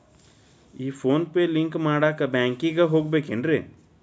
ಈ PhonePe link ಮಾಡಾಕ ಬ್ಯಾಂಕಿಗೆ ಹೋಗ್ಬೇಕೇನ್ರಿ?